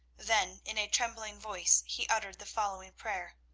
then in a trembling voice he uttered the following prayer